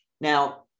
Now